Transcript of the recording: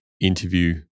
interview